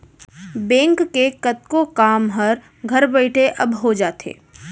bank के कतको काम हर घर बइठे अब हो जाथे